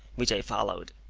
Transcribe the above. which i followed.